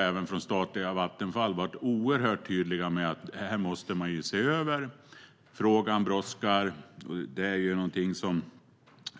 Även från statliga Vattenfall har man varit oerhört tydlig med att detta måste ses över. Frågan brådskar. Detta är något som